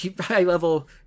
high-level